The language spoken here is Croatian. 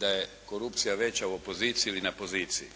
da je korupcija veća u opoziciji ili na poziciji,